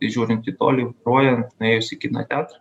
tai žiūrint į tolį grojant nuėjus į kino teatrą